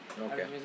okay